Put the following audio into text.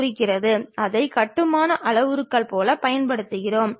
அதனால் நாம் அதை செங்குத்து தளத்திற்கு கீழே காட்டுகிறோம்